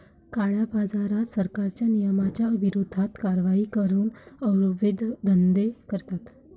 काळ्याबाजारात, सरकारच्या नियमांच्या विरोधात कारवाई करून अवैध धंदे करतात